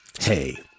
Hey